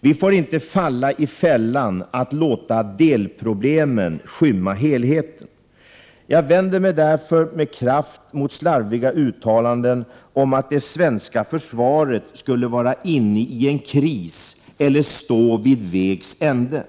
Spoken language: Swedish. Vi får inte falla i fällan att låta delproblemen skymma helheten. Jag vänder mig därför med kraft mot slarviga uttalanden om att det svenska försvaret skulle vara inne i en kris eller stå vid vägs ände.